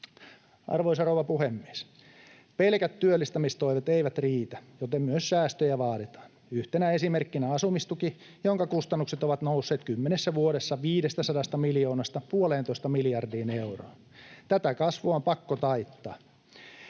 Arvoisa rouva puhemies! Pelkät työllistämistoimet eivät riitä, joten myös säästöjä vaaditaan — yhtenä esimerkkinä asumistuki, jonka kustannukset ovat nousseet kymmenessä vuodessa 500 miljoonasta puoleentoista miljardiin euroon. Tätä kasvua on pakko taittaa.